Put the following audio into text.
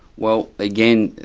well again,